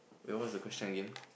wait what was the question again